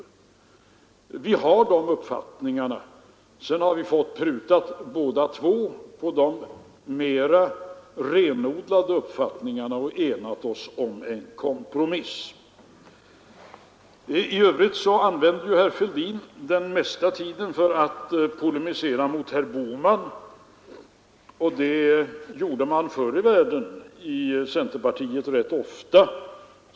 Sedan har vi båda två fått pruta av på de mera renodlade uppfattningarna och ena oss om en kompromiss. I övrigt använder herr Fälldin den mesta tiden för att polemisera mot herr Bohman. Det gjorde man förr i världen rätt ofta inom centerpartiet.